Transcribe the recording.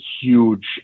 huge